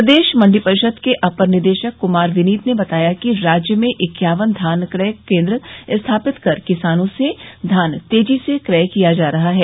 प्रदेश मण्डी परिषद के अपर निदेशक कुमार विनीत ने बताया कि राज्य में इक्यावन धान क्रय केन्द्र स्थापित कर किसानों से धान तेजी से क्रय किया जा रहा है